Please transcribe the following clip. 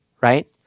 Right